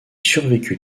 survécut